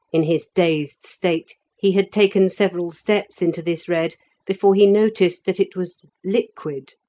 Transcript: in his dazed state he had taken several steps into this red before he noticed that it was liquid,